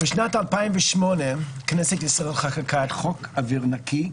בשנת 2008 כנסת ישראל חוקקה חוק אוויר נקי,